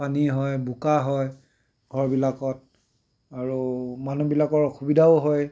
পানী হয় বোকা হয় ঘৰবিলাকত আৰু মানুহবিলাকৰ অসুবিধাও হয়